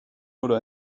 oder